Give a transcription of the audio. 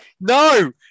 No